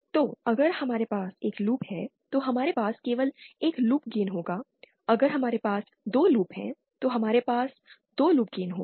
तो अगर हमारे पास एक लूप है तो हमारे पास केवल एक लूप गेन होगा अगर हमारे पास 2 लूप हैं तो हमारे पास 2 लूप गेन होंगे